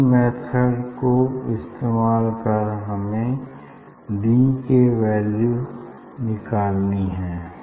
इस मेथड को इस्तेमाल कर हमें डी के वैल्यू निकालनी है